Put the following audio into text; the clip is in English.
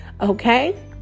Okay